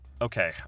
Okay